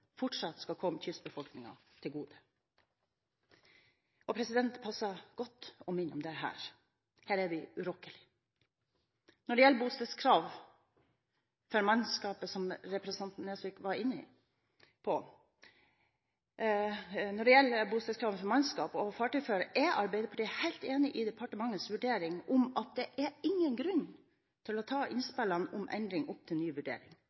fortsatt skal komme kystbefolkningen til gode. Det passer godt å minne om dette. Her er vi urokkelige. Når det gjelder bostedskrav for mannskap og fartøyfører, som representanten Nesvik var inne på, er Arbeiderpartiet helt enig i departementets vurdering om at det er ingen grunn til å ta innspillene om endring opp til ny vurdering.